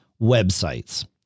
websites